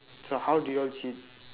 so how do you all cheat